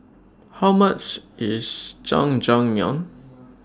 How much IS Jajangmyeon